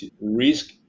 risk